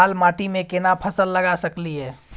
लाल माटी में केना फसल लगा सकलिए?